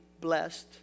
blessed